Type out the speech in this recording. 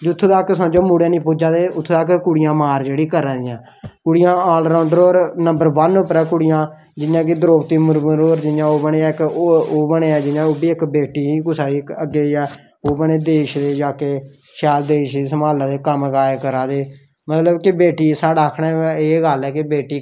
जित्थें तक्क समझो मुढ़े निं पुज्जा दे उत्थें धोड़ी मार जेह्ड़ियां कुड़ियां करा दियां कुड़ियां ऑलराउंडर होर नंबर वन पर न कुड़ियां जियां द्रोपदी मुर्मू होर ओह् बनियां ओह्बी इक्क बेटी ही कुसै दी अग्गें जेहे ओह् बने देश दे जेह्के शैल देश गी सम्हाला दे कम्म काज़ करा दे बेटी ते साढ़ा आक्खने दा एह् ऐ की बेटी